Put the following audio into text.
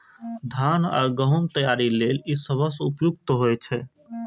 धान आ गहूम तैयारी लेल ई सबसं उपयुक्त होइ छै